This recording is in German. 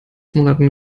monaten